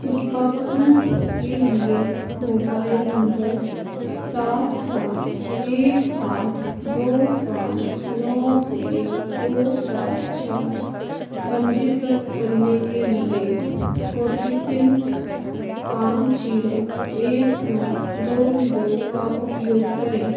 टीकाकरण के लिए मोबाइल नंबर सात सात एक आठ दो पाँच नौ एक दो सात चार पंजीकृत करने के लिए ओ टी पीन पाँच जीरो एक नौ दो दो का उपयोग करें